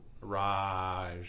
Raj